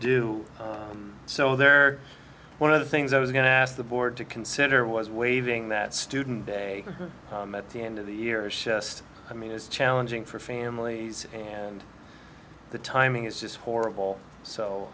o so they're one of the things i was going to ask the board to consider was waiving that student day at the end of the year i mean it's challenging for families and the timing is just horrible so